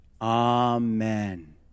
Amen